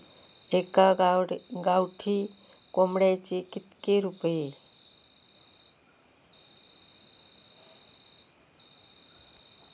एका गावठी कोंबड्याचे कितके रुपये?